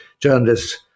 journalists